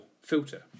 filter